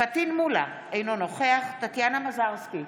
פטין מולא, אינו נוכח טטיאנה מזרסקי,